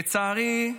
לצערי,